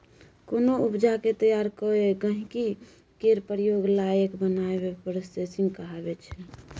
कोनो उपजा केँ तैयार कए गहिंकी केर प्रयोग लाएक बनाएब प्रोसेसिंग कहाबै छै